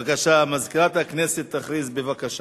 בבקשה, מזכירת הכנסת תכריז, בבקשה.